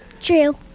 True